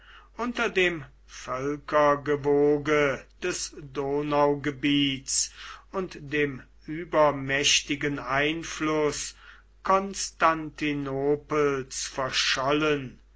unter dem völkergewoge des donaugebiets und dem übermächtigen einfluß konstantinopels verschollen